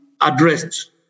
addressed